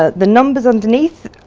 ah the numbers underneath